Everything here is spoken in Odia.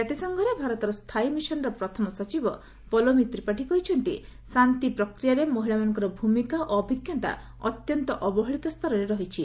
ଜାତିସଂଘରେ ଭାରତର ସ୍ଥାୟୀ ମିଶନର ପ୍ରଥମ ସଚିବ ପଲୋମୀ ତ୍ରିପାଠୀ କହିଛନ୍ତି ଶାନ୍ତି ପ୍ରକ୍ରିୟାରେ ମହିଳାମାନଙ୍କର ଭୂମିକା ଓ ଅଭିଜ୍ଞତା ଅତ୍ୟନ୍ତ ଅବହେଳିତ ସ୍ତରରେ ରହିଛି